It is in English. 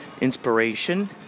inspiration